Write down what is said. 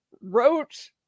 wrote